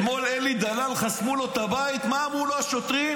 אתמול חסמו לאלי דלל את הבית, מה אמרו לו השוטרים?